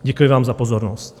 Děkuji vám za pozornost.